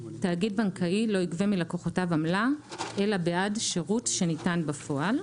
'תאגיד בנקאי לא יגבה מלקוחותיו עמלה אלא בעד שירות שניתן בפועל'.